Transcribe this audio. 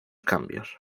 cambios